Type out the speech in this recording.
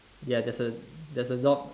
ya there's a there's a dog